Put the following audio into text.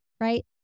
right